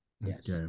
Yes